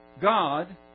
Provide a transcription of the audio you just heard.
God